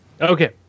Okay